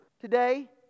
today